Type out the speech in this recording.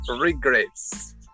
regrets